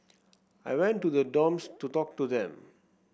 I went to the dorms to talk to them